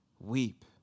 Weep